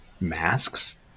Masks